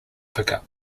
pickup